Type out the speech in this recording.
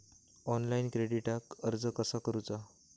Online क्रेडिटाक अर्ज कसा करुचा?